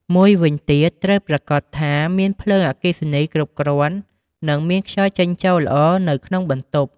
មួយវិញទៀត ត្រូវប្រាកដថាមានភ្លើងអគ្គិសនីគ្រប់គ្រាន់ និងមានខ្យល់ចេញចូលល្អនៅក្នុងបន្ទប់។